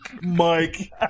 Mike